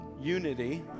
unity